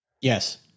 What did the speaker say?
Yes